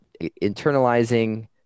internalizing